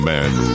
Man